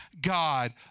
God